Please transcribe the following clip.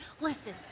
Listen